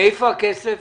מאיפה הכסף?